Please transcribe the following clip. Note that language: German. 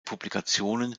publikationen